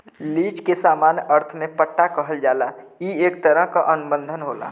lease के सामान्य अर्थ में पट्टा कहल जाला ई एक तरह क अनुबंध होला